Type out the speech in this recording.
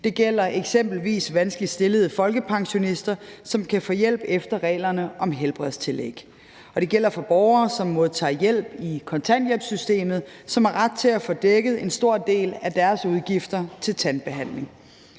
Det gælder eksempelvis vanskeligt stillede folkepensionister, som kan få hjælp efter reglerne om helbredstillæg, og det gælder borgere, som modtager hjælp i kontanthjælpssystemet, og som har ret til at få dækket en stor del af deres udgifter til tandbehandling.